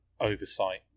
oversight